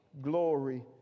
glory